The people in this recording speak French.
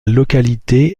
localité